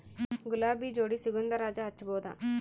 ಗುಲಾಬಿ ಜೋಡಿ ಸುಗಂಧರಾಜ ಹಚ್ಬಬಹುದ?